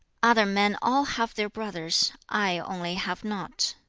other men all have their brothers, i only have not